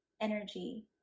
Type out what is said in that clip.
energy